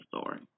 story